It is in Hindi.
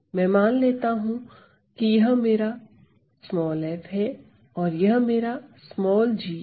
मैं मान लेता हूं कि यह मेरा f है और यह मेरा g है